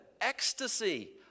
Ecstasy